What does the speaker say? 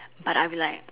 but I'll be like